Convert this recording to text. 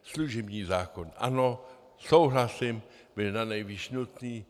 Služební zákon, ano, souhlasím, byl nanejvýš nutný.